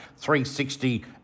360